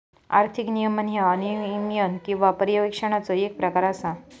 आर्थिक नियमन ह्या नियमन किंवा पर्यवेक्षणाचो येक प्रकार असा